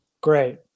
Great